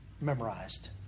memorized